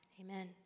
amen